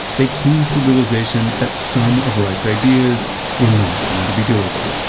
they came to the realization that some of wright's ideas were not going to be doable.